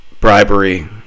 bribery